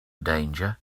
danger